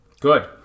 Good